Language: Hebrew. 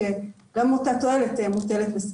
כשגם אותה תועלת מוטלת בספק.